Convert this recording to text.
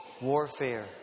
warfare